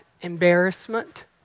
embarrassment